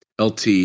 LT